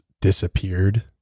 disappeared